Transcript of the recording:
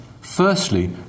Firstly